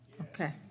Okay